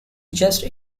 just